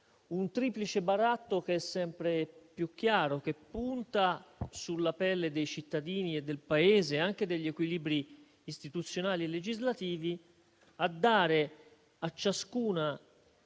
un triplice baratto che, come è sempre più chiaro, punta, sulla pelle dei cittadini e del Paese, anche degli equilibri istituzionali e legislativi, a dare a ciascuna